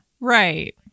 right